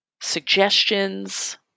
suggestions